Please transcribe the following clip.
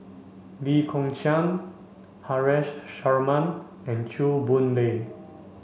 Lee Kong Chian Haresh Sharma and Chew Boon Lay